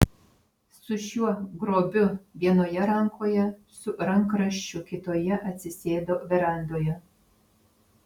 su šiuo grobiu vienoje rankoje su rankraščiu kitoje atsisėdo verandoje